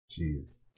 Jeez